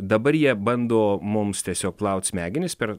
dabar jie bando mums tiesiog plaut smegenis per